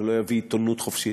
זה לא יביא עיתונות חופשית.